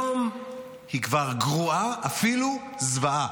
אז היום היא כבר גרועה, אפילו זוועה.